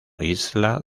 isla